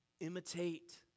Imitate